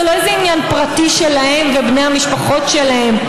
זה לא איזה עניין פרטי שלהן ושל בני המשפחות שלהן.